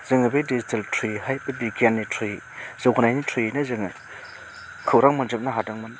जोङो बे डिजिटेल ट्रयैहाय बे बिगियाननि ट्रयै जौगानायनि ट्रयैनो जोङो खौरां मोनजोबनो हादोंमोन